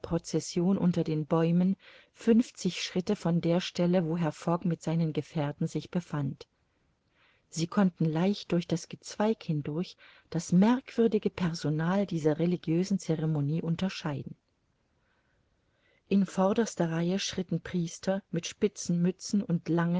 procession unter den bäumen fünfzig schritte von der stelle wo herr fogg mit seinen gefährten sich befand sie konnten leicht durch das gezweig hindurch das merkwürdige personal dieser religiösen ceremonie unterscheiden in vorderster reihe schritten priester mit spitzen mützen und